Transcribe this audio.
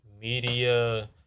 media